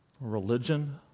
religion